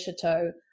Chateau